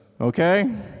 okay